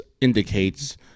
indicates